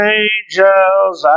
angels